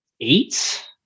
Eight